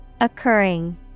Occurring